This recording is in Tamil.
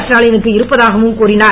ஸ்டாலினுக்கு இருப்பதாகவும் கூறியுள்ளார்